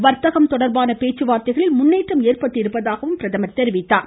வர்த்தகம் தொடர்பான பேச்சுவார்த்தைகளில் முன்னேற்றம் ஏற்பட்டிருப்பதாகவும் பிரகமர் குறிப்பிட்டார்